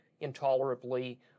intolerably